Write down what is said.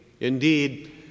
Indeed